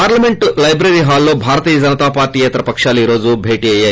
parliament library హాల్లో Bharatiya Janata party యేతర పకాలు ఈ రోజు భేటీ అయ్యాయి